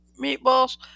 Meatballs